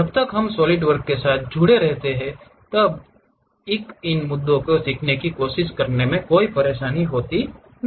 जब तक हम सॉलिडवर्क्स के साथ जुड़े रहते हैं तब तक इन मुद्दों को सीखने की कोशिश करना कोई परेशानी वाली बात नहीं है